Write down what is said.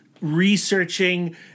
researching